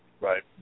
right